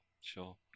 sure